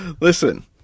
Listen